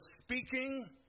speaking